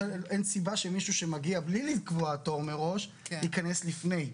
שאין סיבה שמישהו שמגיע בלי לקבוע תור מראש ייכנס לפני.